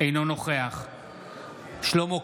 אינו נוכח שלמה קרעי,